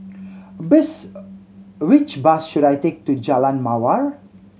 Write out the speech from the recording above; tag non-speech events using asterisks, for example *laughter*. *unintelligible* which bus should I take to Jalan Mawar